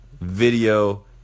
video